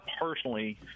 personally